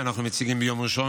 שאנחנו מציגים ביום ראשון,